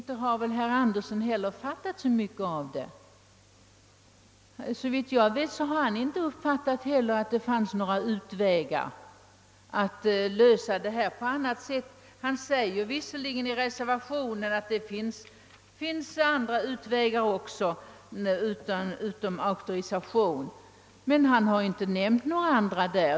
Herr talman! Herr Andersson i Örebro har väl inte heller fattat vad frågan gäller. Han uttalar visserligen i reservationen att det finns andra utvägar än auktorisation, men han har inte nämnt några sådana.